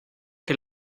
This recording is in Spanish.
que